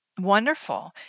Wonderful